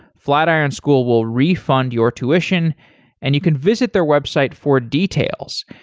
flatiron school will refund your tuition and you can visit their website for details.